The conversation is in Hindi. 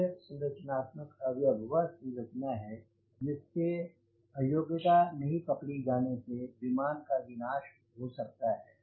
मुख्य संरचनात्मक अवयव वह संरचना है जिसके अयोग्यता नहीं पकड़ी जाने से विमान का विनाश हो सकता है